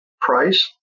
price